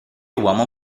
uomo